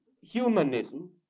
humanism